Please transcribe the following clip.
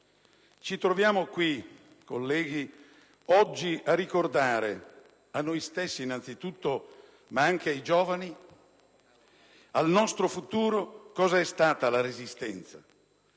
ci troviamo qui oggi per ricordare, a noi stessi innanzi tutto, ma anche ai giovani, al nostro futuro, cosa è stata la Resistenza: